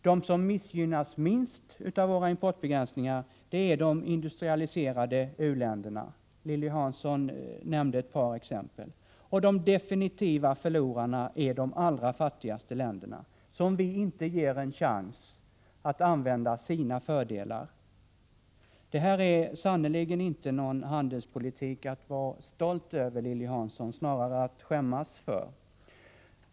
De som missgynnas minst av våra importbegränsningar är de industrialiserade u-länderna — Lilly Hansson nämnde ett par. Förlorarna är definitivt de allra fattigaste länderna, som vi inte ger en chans att använda sina fördelar. Det är sannerligen inte någon handelspolitik att vara stolt över, Lilly Hansson — snarare att skämmas för.